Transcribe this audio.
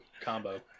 Combo